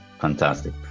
Fantastic